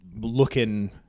looking